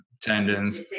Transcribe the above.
Tendons